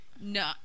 No